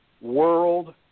world